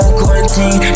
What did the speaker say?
quarantine